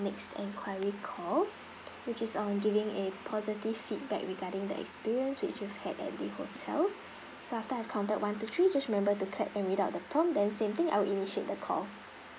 next enquiry call which is on giving a positive feedback regarding the experience which you've had at the hotel so after I have counted one two three just remember to clap and read out the prompt then same thing I'll initiate the call